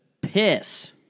piss